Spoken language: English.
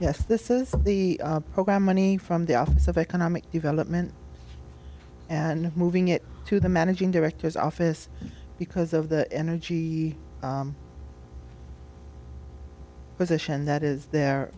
yes this is the program money from the office of economic development and moving it to the managing directors office because of the energy he with us and that is there